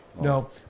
No